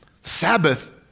Sabbath